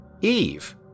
Eve